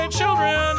children